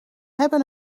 hebben